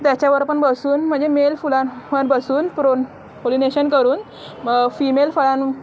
त्याच्यावर पण बसून म्हणजे मेल फुलांवर बसून प्रो पोलिनेशन करून फिमेल फळां